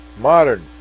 modern